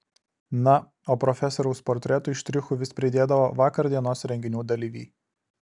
na o profesoriaus portretui štrichų vis pridėdavo vakardienos renginių dalyviai